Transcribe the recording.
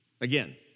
again